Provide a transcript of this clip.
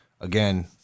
again